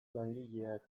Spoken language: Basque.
langileak